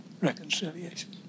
reconciliation